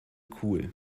cool